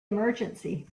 emergency